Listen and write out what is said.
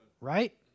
Right